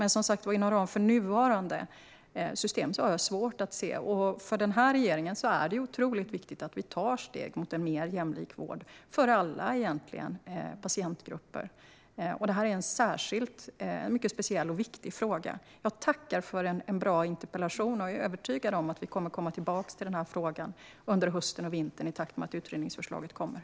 Men som sagt var: Inom ramen för nuvarande system har jag svårt att se detta, och för denna regering är det otroligt viktigt att vi tar steg mot en mer jämlik vård för egentligen alla patientgrupper. Detta är en mycket speciell och viktig fråga. Jag tackar för en bra interpellation, och jag är övertygad om att vi kommer att komma tillbaka till denna fråga under hösten och vintern i takt med att utredningsförslaget kommer.